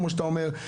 כמו שאתה אומר,